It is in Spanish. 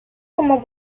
como